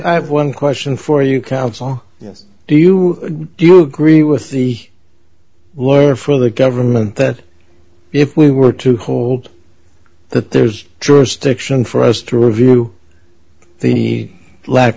i have one question for you counsel yes do you do you agree with the lawyer for the government that if we were to hold that there's jurisdiction for us to review the lack